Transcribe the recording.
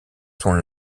sont